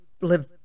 live